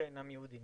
שאינם יהודים.